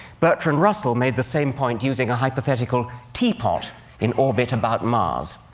bertrand russell made the same point using a hypothetical teapot in orbit about mars.